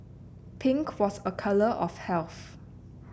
pink was a colour of health